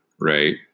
Right